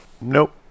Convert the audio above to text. Nope